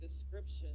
description